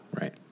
Right